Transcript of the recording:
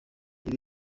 ibi